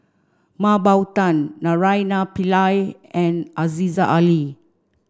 Mah Bow Tan Naraina Pillai and Aziza Ali